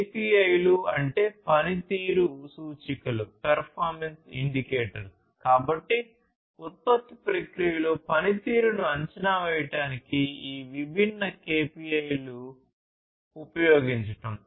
KPI లు అంటే key పనితీరు సూచికలు కాబట్టి ఉత్పత్తి ప్రక్రియలో పనితీరును అంచనా వేయడానికి ఈ విభిన్న KPI లను ఉపయోగించడం